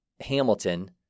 Hamilton